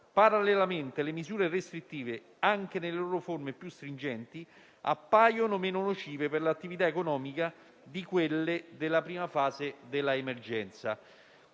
parallelamente le misure restrittive, anche nelle loro forme più stringenti, appaiono meno nocive per l'attività economica di quelle della prima fase dell'emergenza.